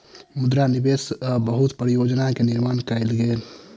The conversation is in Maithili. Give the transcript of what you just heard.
मुद्रा निवेश सॅ बहुत परियोजना के निर्माण कयल गेल